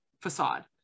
facade